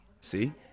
See